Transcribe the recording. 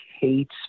hates